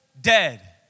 dead